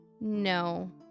No